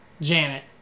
Janet